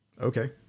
Okay